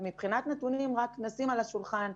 מבחינת נתונים רק נשים על השולחן: